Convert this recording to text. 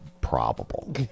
Probable